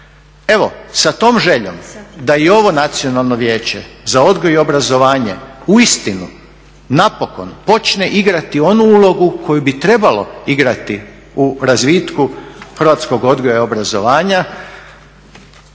Evo, sa tom željom da i ovo Nacionalno vijeće za odgoj i obrazovanje uistinu napokon počne igrati onu ulogu koju bi trebalo igrati u razvitku hrvatskog odgoja i obrazovanja